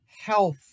health